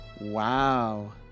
Wow